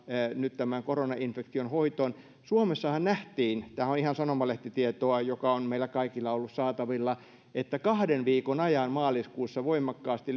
nyt tämän koronainfektion hoitoon suomessahan nähtiin tämähän on ihan sanomalehtitietoa joka on meillä kaikilla ollut saatavilla että kahden viikon ajan maaliskuussa voimakkaasti